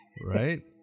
right